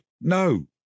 no